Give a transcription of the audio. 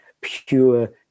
pure